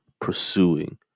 pursuing